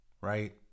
right